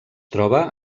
troba